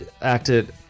acted